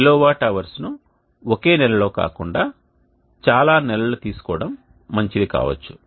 నెలకు kilowatt hours ను ఒకే నెలలో కాకుండా చాలా నెలలు తీసుకోవడం మంచిది కావచ్చు